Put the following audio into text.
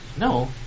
No